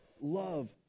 Love